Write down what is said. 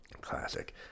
Classic